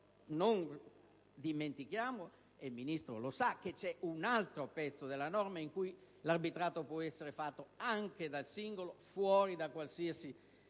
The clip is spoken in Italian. non dimentichiamo - e il Ministro lo sa - che c'è un altro pezzo della norma in cui l'arbitrato può essere fatto anche dal singolo, fuori da qualsiasi